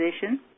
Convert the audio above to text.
position